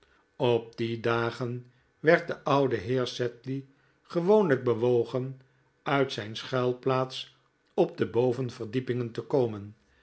op die dagen werd de oude heer sedley gewoonlijk bewogen uit zijn schuilplaats op de bovenverdiepingen te komen